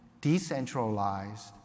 decentralized